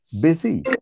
busy